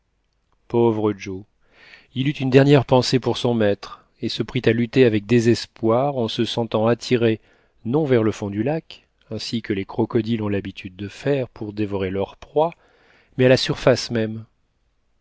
pauvre joe il eut une dernière pensée pour son maître et se prit à lutter avec désespoir en se sentant attiré non vers le fond du lac ainsi que les crocodiles ont l'habitude de faire pour dévorer leur proie mais à la surface même